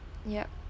yup